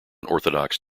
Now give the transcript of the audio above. orthodox